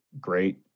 great